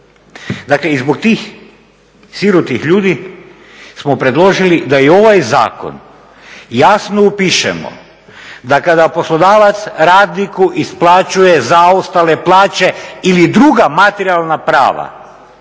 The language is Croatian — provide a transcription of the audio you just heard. Dakle i zbog tih sirotih ljudi smo predložili da i u ovaj zakon jasno upišemo da kada poslodavac radniku isplaćuje zaostale plaće ili druga materijalna prava